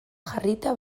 jarrita